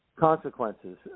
Consequences